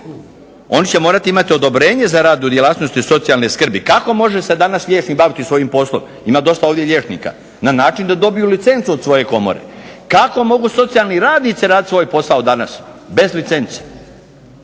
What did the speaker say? Oni će morati imati odobrenje za rad u djelatnosti socijalne skrbi. Kako se danas može liječnik baviti svojim poslom? Ima dosta ovdje liječnika, na način da dobiju licencu od svoje komore. Kako mogu socijalni radnici raditi svoj posao danas bez licence,